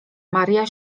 maria